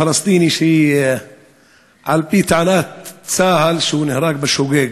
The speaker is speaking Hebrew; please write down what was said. הפלסטיני שעל-פי טענת צה"ל נהרג בשוגג,